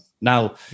Now